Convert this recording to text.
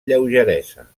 lleugeresa